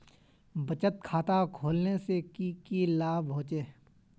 बचत खाता खोलने से की की लाभ होचे?